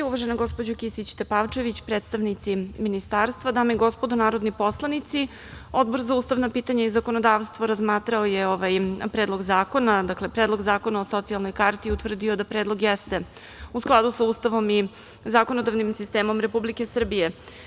Uvažena gospođo Kisić Tepavčević, predstavnici ministarstva, dame i gospodo narodni poslanici, Odbor za ustavna pitanja i zakonodavstvo razmatrao je ovaj predlog zakona, dakle Predlog zakona o socijalnoj karti i utvrdio da predlog jeste u skladu sa Ustavom i zakonodavnim sistemom Republike Srbije.